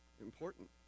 important